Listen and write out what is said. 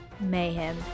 mayhem